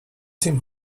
تیم